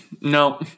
no